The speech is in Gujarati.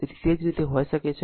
તેથી તે જ રીતે હોઈ શકે છે